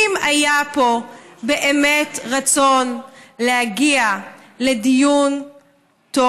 אם היה פה באמת רצון להגיע לדיון טוב